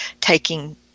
taking